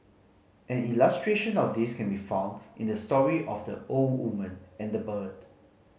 an illustration of this can be found in the story of the old woman and the bird